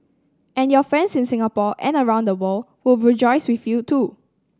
and your friends in Singapore and around the world will rejoice with you too